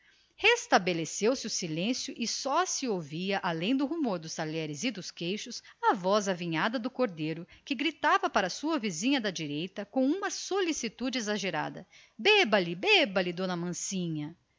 mas restabeleceu se a ordem e só se ouvia além do rumor dos talheres e dos queixos a voz avinhada do cordeiro que gritava para a sua vizinha da direita com uma solicitude exagerada beba beba d amancinha